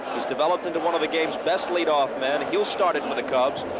has developed into one of the game's best leadoff men, he'll start it for the cubs,